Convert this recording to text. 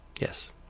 Yes